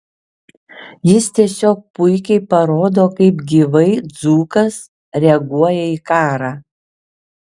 jis tiesiog puikiai parodo kaip gyvai dzūkas reaguoja į karą